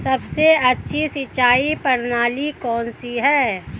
सबसे अच्छी सिंचाई प्रणाली कौन सी है?